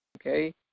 Okay